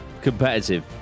competitive